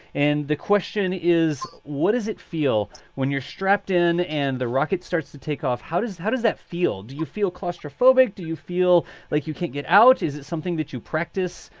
and the question is, what does it feel when you're strapped in? and the rocket starts to take off. how does how does that feel? do you feel claustrophobic? do you feel like you can't get out? is it something that you practice?